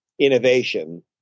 Innovation